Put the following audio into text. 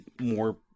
more